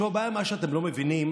הבעיה עם מה שאתם לא מבינים